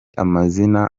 amazina